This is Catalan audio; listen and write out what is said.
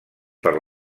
per